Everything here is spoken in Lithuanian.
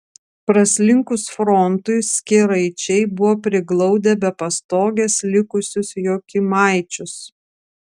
praslinkus frontui skėraičiai buvo priglaudę be pastogės likusius jokymaičius